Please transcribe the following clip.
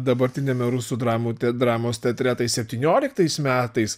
dabartiniame rusų dramų te dramos teatre tai septynioliktais metais